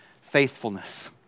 faithfulness